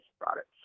products